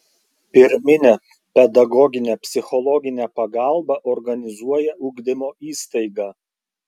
pirminę pedagoginę psichologinę pagalbą organizuoja ugdymo įstaiga